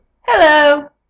Hello